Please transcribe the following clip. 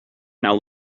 now